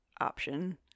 option